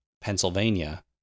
Pennsylvania